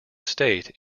state